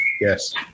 yes